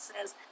says